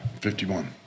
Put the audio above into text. Fifty-one